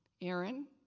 Aaron